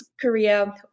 Korea